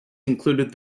included